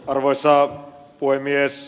arvoisa puhemies